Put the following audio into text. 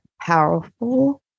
powerful